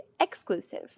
exclusive